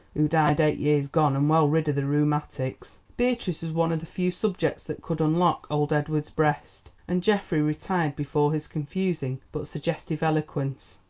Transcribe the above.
who died eight years gone and well rid of the rheumatics. beatrice was one of the few subjects that could unlock old edward's breast, and geoffrey retired before his confusing but suggestive eloquence.